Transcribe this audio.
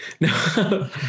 No